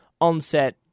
onset